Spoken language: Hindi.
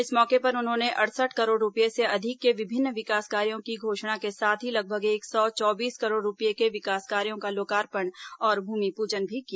इस मौके पर उन्होंने अड़सठ करोड़ रूपये से अधिक के विभिन्न विकास कार्यो की घोषणा के साथ ही लगभग एक सौ चौबीस करोड़ रूपये के विकास कार्यो का लोकार्पण और भूमिपूजन भी किया